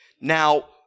Now